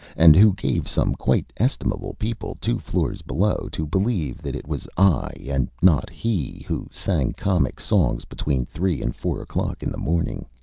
and who gave some quite estimable people two floors below to believe that it was i, and not he, who sang comic songs between three and four o'clock in the morning.